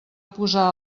posar